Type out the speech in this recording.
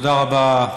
תודה רבה,